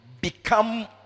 become